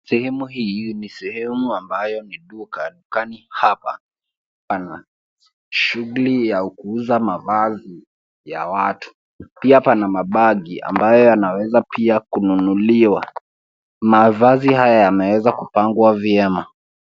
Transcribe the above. Sehemu hii ni sehemu ambayo ni duka. Dukani hapa pana shughuli ya kuuza mavazi ya watu. Pia pana mabegi ambayo yanaweza pia kununuliwa. Mavazi haya yaweza kupangwa vyema.